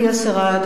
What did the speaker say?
היושב-ראש.